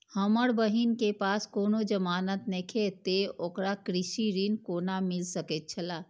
हमर बहिन के पास कोनो जमानत नेखे ते ओकरा कृषि ऋण कोना मिल सकेत छला?